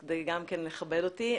זה גם כן מכבד אותי.